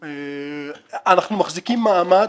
אנחנו מחזיקים מעמד,